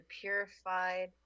purified